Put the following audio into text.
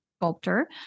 sculptor